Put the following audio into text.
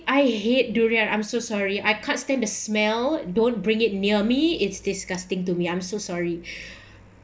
I hate durian I'm so sorry I can't stand the smell don't bring it near me it's disgusting to me I'm so sorry